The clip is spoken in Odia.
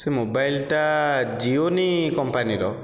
ସେ ମୋବାଇଲଟା ଜିଓନି କମ୍ପାନୀର